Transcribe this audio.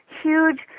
huge